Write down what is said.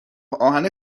آهن